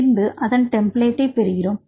பின்பு அதன் டெம்ப்ளேட்டை பெறுகிறோம்